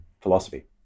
philosophy